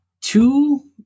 two